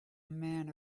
man